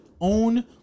own